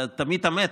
זה תמיד המתח.